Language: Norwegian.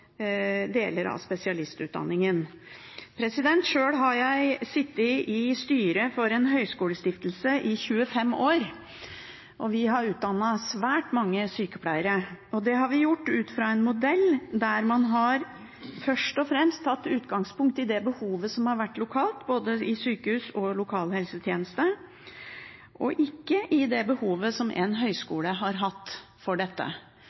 deler av spesialistutdanningen. Sjøl har jeg sittet i styret for en høyskolestiftelse i 25 år, og vi har utdannet svært mange sykepleiere. Det har vi gjort ut fra en modell der man først og fremst har tatt utgangspunkt i det behovet som har vært lokalt, både i sykehus og i lokalhelsetjeneste, og ikke i det behovet som en høyskole har hatt for dette.